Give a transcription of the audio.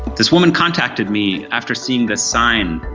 this woman contacted me after seeing this sign,